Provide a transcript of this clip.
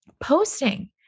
Posting